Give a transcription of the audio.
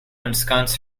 ensconce